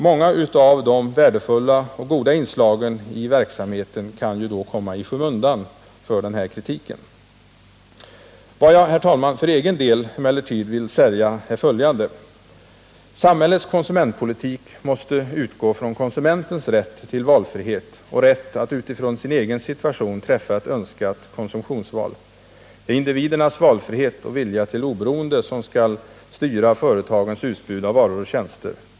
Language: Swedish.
Många av de värdefulla och goda inslagen i verksamheten kan ju komma i skymundan för den här kritiken. Vad jag, herr talman, för egen del vill säga är följande. Samhällets konsumentpolitik måste utgå från konsumentens rätt till valfrihet och rätt att utifrån sin egen situation träffa ett önskat konsumtionsval. Det är individernas valfrihet och vilja till oberoende som skall styra företagens utbud av varor och tjänster.